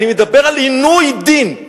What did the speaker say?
אני מדבר על עינוי דין.